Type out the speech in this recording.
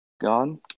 gone